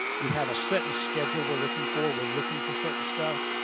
we have a set and schedule we're looking for. we're looking for certain stuff.